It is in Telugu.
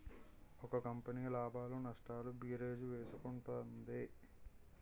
ఒక కంపెనీ లాభాలు నష్టాలు భేరీజు వేసుకుంటుంది